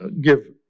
give